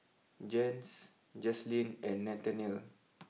Jens Jaslyn and Nathaniel